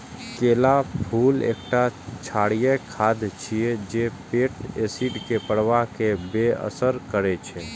केलाक फूल एकटा क्षारीय खाद्य छियै जे पेटक एसिड के प्रवाह कें बेअसर करै छै